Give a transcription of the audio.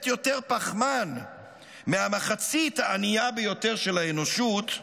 יותר פחמן מהמחצית הענייה של האנושות,